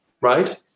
right